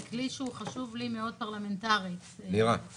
זה כלי שחשוב לי מאוד פרלמנטרית והוא